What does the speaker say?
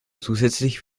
zusätzlich